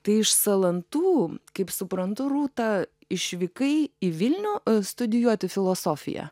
tai iš salantų kaip suprantu rūta išvykai į vilnių studijuoti filosofiją